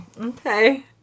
Okay